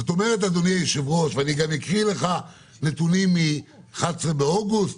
ואני גם אקריא לך נתונים מ-11 באוגוסט,